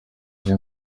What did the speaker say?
iyo